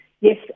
yes